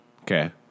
Okay